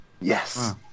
Yes